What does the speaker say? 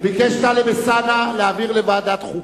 ביקש טלב אלסאנע להעביר לוועדת חוקה.